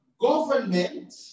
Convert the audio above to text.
government